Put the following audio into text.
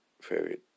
favorite